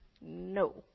No